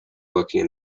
working